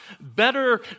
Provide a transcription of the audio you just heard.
better